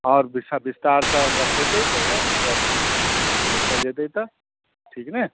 आओर विस्तारसँ गप हेतै कहिओ अगर बैसल जेतै तऽ ठीक ने